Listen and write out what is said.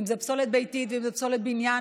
אם זו פסולת ביתית ואם זו פסולת בניין,